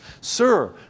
Sir